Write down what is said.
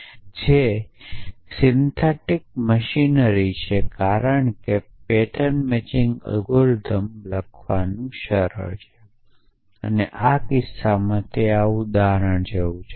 જે syntactic machinery છે કારણ કે પેટર્ન મેચિંગ એલ્ગોરિધમ્સ લખવાનું સરળ છે અને આ કિસ્સામાં તે ઉદાહરણ જેવુ છે